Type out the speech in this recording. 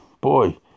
boy